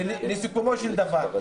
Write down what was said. בסיכומו של דבר,